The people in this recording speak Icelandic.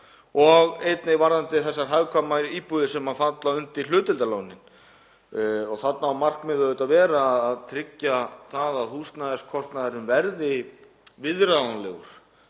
og einnig varðandi þessar hagkvæmu íbúðir sem falla undir hlutdeildarlánin. Þarna á markmiðið að vera að tryggja að húsnæðiskostnaðurinn verði viðráðanlegur.